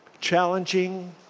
challenging